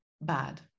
bad